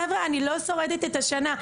חבר'ה אני לא שורדת את השנה.